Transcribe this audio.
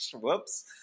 Whoops